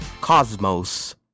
cosmos